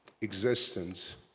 Existence